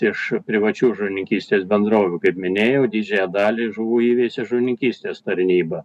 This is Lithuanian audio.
iš privačių žuvininkystės bendrovių kaip minėjau didžiąją dalį žuvų įveisė žuvininkystės tarnyba